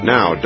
Now